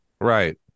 Right